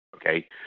Okay